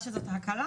שברגע